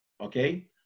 Okay